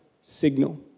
signal